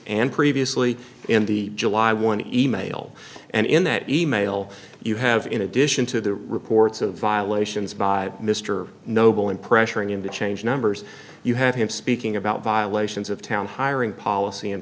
and previously in the july one e mail and in that e mail you have in addition to the reports of violations by mr noble in pressuring him to change numbers you have him speaking about violations of town hiring policy